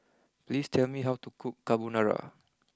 please tell me how to cook Carbonara